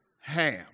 Ham